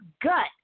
gut